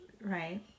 Right